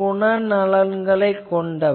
குணநலன்களைக் கொண்டவை